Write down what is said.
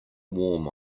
warm